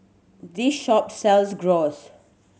this shop sells Gyros